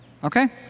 okay?